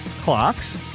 clocks